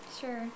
Sure